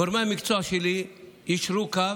גורמי המקצוע שלי יישרו קו